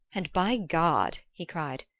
and, by god, he cried,